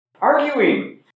arguing